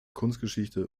kunstgeschichte